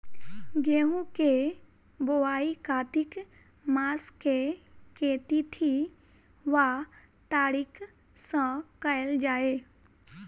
गेंहूँ केँ बोवाई कातिक मास केँ के तिथि वा तारीक सँ कैल जाए?